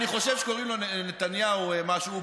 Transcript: אני חושב שקוראים לו נתניהו משהו.